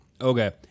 Okay